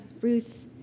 Ruth